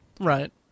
Right